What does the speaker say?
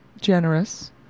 generous